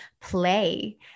play